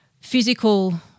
physical